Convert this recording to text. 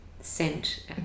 scent